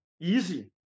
easy